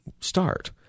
start